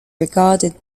regarded